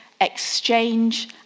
exchange